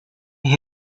here